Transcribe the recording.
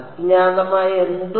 അജ്ഞാതമായ എന്തോ